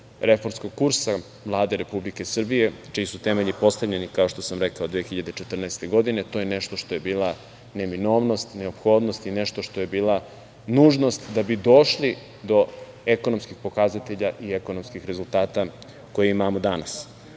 reformskog kursa Vlade Republike Srbije čiji su temelji postavljeni, kao što sam rekao, 2014. godine. To je nešto što je bila neminovnost, neophodnost i nešto što je bila nužnost da bi došli do ekonomskih pokazatelja i ekonomskih rezultata koje imamo danas. Broj